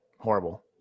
Horrible